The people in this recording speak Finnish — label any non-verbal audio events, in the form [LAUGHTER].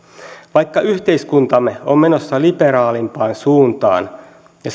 vaikka yhteiskuntamme on menossa liberaalimpaan suuntaan ja [UNINTELLIGIBLE]